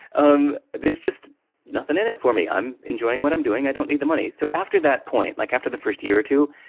um there's just nothing in it for me, i'm enjoying what i'm doing, i don't need the money. so, after that point, like after the first year or two,